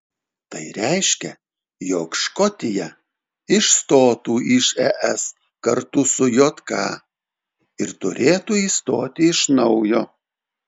tai reiškia jog škotija išstotų iš es kartu su jk ir turėtų įstoti iš naujo